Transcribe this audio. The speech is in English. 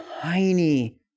tiny